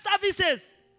services